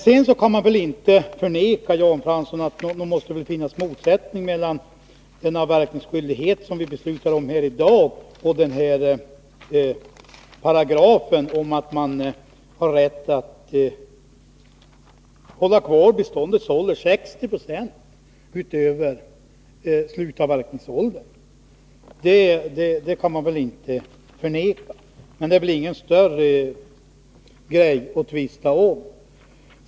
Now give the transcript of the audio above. Sedan kan man inte förneka, Jan Fransson, att det måste finnas en motsättning mellan en avverkningsskyldighet som vi beslutar om i dag och paragrafen om att man har rätt att hålla kvar beståndet i en ålder som med 60 90 överstiger slutavverkningsåldern. Men det är väl ingen större fråga att tvista om.